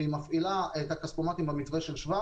והיא מפעילה את הכספומטים במתווה של שב"א